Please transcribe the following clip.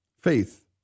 Faith